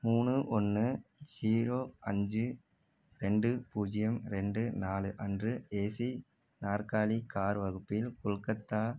மூணு ஒன்று ஜீரோ அஞ்சு ரெண்டு பூஜ்ஜியம் ரெண்டு நாலு அன்று ஏசி நாற்காலி கார் வகுப்பில் கொல்கத்தா